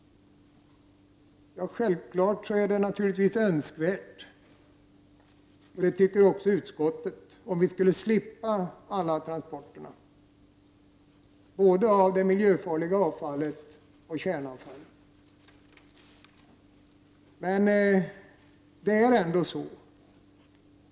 Självfallet vore det önskvärt att vi kunde slippa alla transporter av både miljöfarligt avfall och kärnavfall. Det tycker också utskottet.